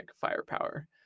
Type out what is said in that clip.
firepower